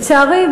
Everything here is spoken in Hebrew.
לצערי,